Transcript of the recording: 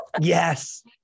yes